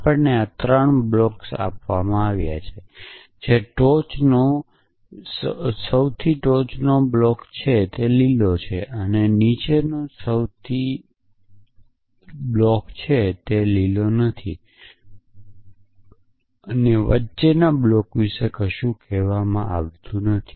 આપણને ત્રણ બ્લોક્સ આપવામાં આવે છે જે ટોચનો સૌથી વધુ બ્લોક લીલો હોય છે નીચેનો ભાગ સૌથી વધુ બ્લોક લીલો નથી વચ્ચેના બ્લોક વિશે કશું કહેવામાં આવતું નથી